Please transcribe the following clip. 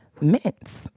mints